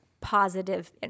positive